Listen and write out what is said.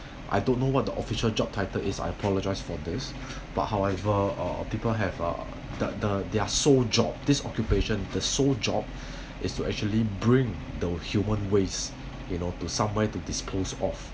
I don't know what the official job title is I apologise for this but however uh people have uh the the their sole job this occupation the sole job is to actually bring the human waste you know to somewhere to dispose of